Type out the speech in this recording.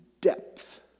depth